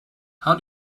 how